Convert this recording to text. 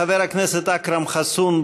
חבר הכנסת אכרם חסון,